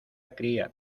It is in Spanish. cría